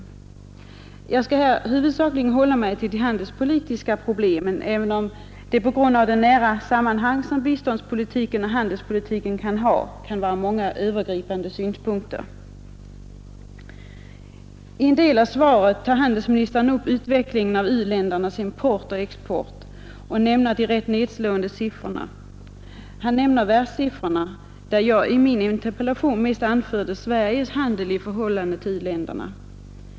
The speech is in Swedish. Jag skall här huvudsakligen hålla mig till de handelskonferensen handelspolitiska problemen, även om det på grund av det nära sambandet mellan biståndspolitiken och handelspolitiken kan finnas många övergripande synpunkter. I en del av svaret tar handelsministern upp frågan om utvecklingen av u-ländernas import och export och nämner då de ganska nedslående siffrorna. Han anger världssiffrorna, medan jag i min interpellation anförde Sveriges handel i förhållande till u-länderna.